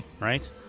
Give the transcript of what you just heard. Right